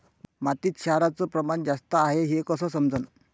मातीत क्षाराचं प्रमान जास्त हाये हे कस समजन?